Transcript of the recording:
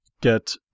get